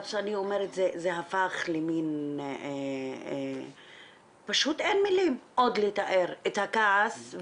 אני אומרת שזה הפך למין פשוט אין מילים עוד לתאר את הכעס.